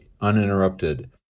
uninterrupted